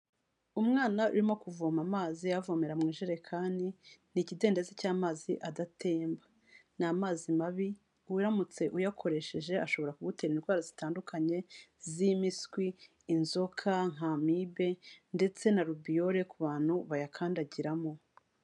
Umwana urimo kuvoma amazi avomera mu ijerekani, ni ikidendezi cy'amazi adatemba, ni amazi mabi, Uramutse uyakoresheje ashobora kugutera indwara zitandukanye z'impiswi, inzoka, nk'amibe ndetse na arubiyore kubantu bayakandagiramo.